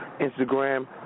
Instagram